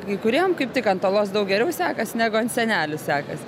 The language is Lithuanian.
kai kuriem kaip tik ant uolos daug geriau sekas negu ant sienelių sekas